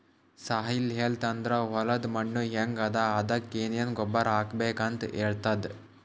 soil health ಅಂದ್ರ ಹೊಲದ್ ಮಣ್ಣ್ ಹೆಂಗ್ ಅದಾ ಅದಕ್ಕ್ ಏನೆನ್ ಗೊಬ್ಬರ್ ಹಾಕ್ಬೇಕ್ ಅಂತ್ ಹೇಳ್ತದ್